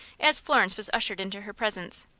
as florence was ushered into her presence.